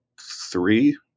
three